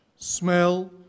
Smell